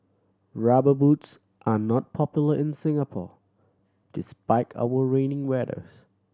Rubber Boots are not popular in Singapore despite our rainy weather